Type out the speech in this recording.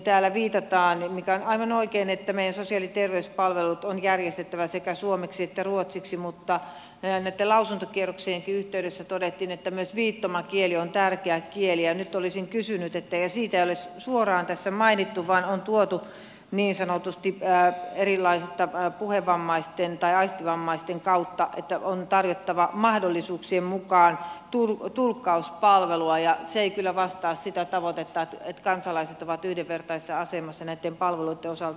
täällä viitataan mikä on aivan oikein että meidän sosiaali ja terveyspalvelut on järjestettävä sekä suomeksi että ruotsiksi mutta näiden lausuntokierroksienkin yhteydessä todettiin että myös viittomakieli on tärkeä kieli mutta sitä ei ole suoraan tässä mainittu vaan on tuotu niin sanotusti erilaisten aistivammaisten kautta että on tarjottava mahdollisuuksien mukaan tulkkauspalvelua ja se ei kyllä vastaa sitä tavoitetta että kansalaiset ovat yhdenvertaisessa asemassa näiden palveluiden osalta